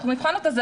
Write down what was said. אנחנו נבחן אותה,